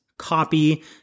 copy